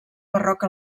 barroc